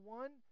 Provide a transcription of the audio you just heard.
one